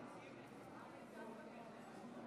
52 חברי כנסת בעד,